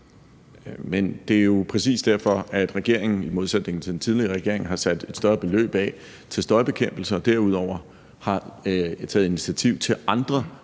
Men det er jo præcis derfor, at regeringen, modsat den tidligere regering, har sat et større beløb af til støjbekæmpelse. Og derudover har vi taget initiativ til andre,